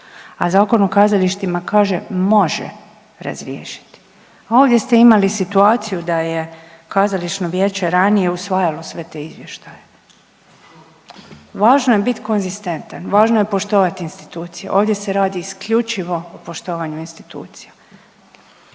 A Zakon o kazalištima kaže može razriješiti. A ovdje ste imali situaciju da je Kazališno vijeće ranije usvajalo sve te izvještaje. Važno je bit konzistentan, važno je poštovati institucije, ovdje se radi isključivo o poštovanju institucija.